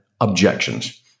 objections